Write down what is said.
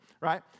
right